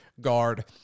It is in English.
guard